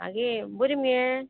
आगे बरी मगे